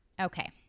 okay